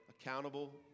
accountable